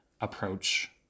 approach